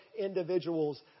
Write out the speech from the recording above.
individuals